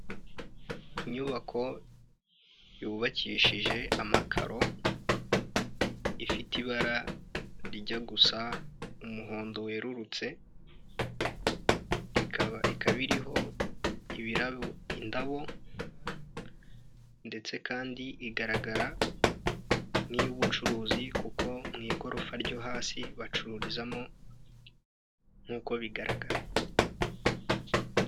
Inyubako yubakishije amakaro, ifite ibara rijya gusa umuhondo werurutse, ikaba iriho indabo ndetse kandi igaragara nk'iy'ubucuruzi kuko mu igorofa ryo hasi bacururizamo nk'uko bigaragara.